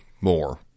more